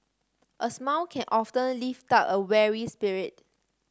a smile can often lift up a weary spirit